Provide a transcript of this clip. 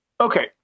Okay